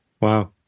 Wow